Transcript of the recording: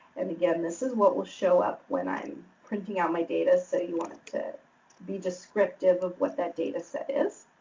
and again, this is what will show up when i am printing out my data so you want to be descriptive of what that data set is.